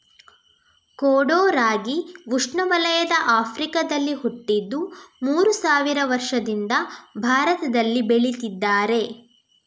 ಕೊಡೋ ರಾಗಿ ಉಷ್ಣವಲಯದ ಆಫ್ರಿಕಾದಲ್ಲಿ ಹುಟ್ಟಿದ್ದು ಮೂರು ಸಾವಿರ ವರ್ಷದಿಂದ ಭಾರತದಲ್ಲಿ ಬೆಳೀತಿದ್ದಾರೆ